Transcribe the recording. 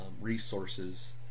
resources